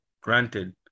granted